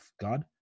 God